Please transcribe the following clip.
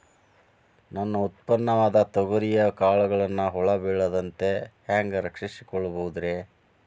ನನ್ನ ಉತ್ಪನ್ನವಾದ ತೊಗರಿಯ ಕಾಳುಗಳನ್ನ ಹುಳ ಬೇಳದಂತೆ ಹ್ಯಾಂಗ ರಕ್ಷಿಸಿಕೊಳ್ಳಬಹುದರೇ?